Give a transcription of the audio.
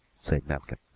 said malcolm.